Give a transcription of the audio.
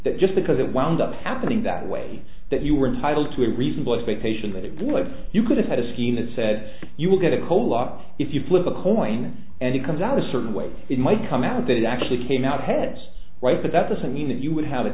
that just because it wound up happening that way that you were entitled to a reasonable expectation that you could have had a scheme that said you will get a whole lot if you flip a coin and it comes out a certain way it might come out that actually came out ahead right but that doesn't mean that you would have a